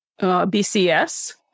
BCS